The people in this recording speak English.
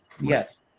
yes